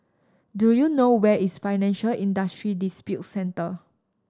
do you know where is Financial Industry Disputes Center